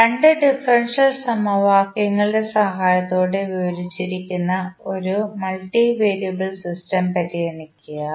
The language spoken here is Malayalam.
ഈ രണ്ട് ഡിഫറൻഷ്യൽ സമവാക്യങ്ങളുടെ സഹായത്തോടെ വിവരിച്ചിരിക്കുന്ന ഒരു മൾട്ടിവെരിയബിൾ സിസ്റ്റം പരിഗണിക്കുക